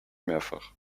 mehrfach